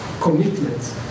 commitments